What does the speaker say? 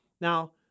now